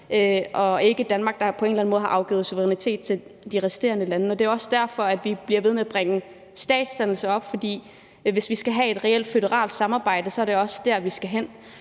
og ikke Danmark, der har afgivet suverænitet til de resterende lande. Og det er også derfor, at vi bliver ved med at bringe statsdannelse op, for hvis vi skal have et reelt føderalt samarbejde, er det også der, vi skal hen.